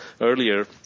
earlier